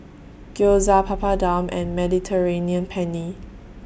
Gyoza Papadum and Mediterranean Penne